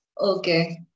Okay